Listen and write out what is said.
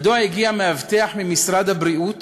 מדוע הגיע מאבטח ממשרד הבריאות